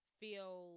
feel